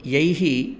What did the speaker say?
यैः